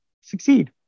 succeed